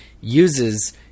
uses